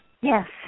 Yes